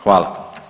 Hvala.